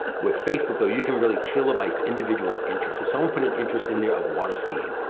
with facebook though, you can really tailor by individual's interests. if someone put an interest in there of water skiing,